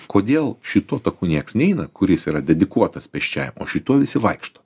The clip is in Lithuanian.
kodėl šituo taku nieks neina kuris yra dedikuotas pėsčiajam o šituo visi vaikšto